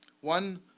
One